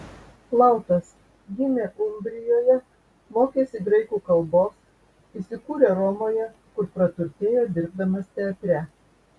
plautas gimė umbrijoje mokėsi graikų kalbos įsikūrė romoje kur praturtėjo dirbdamas teatre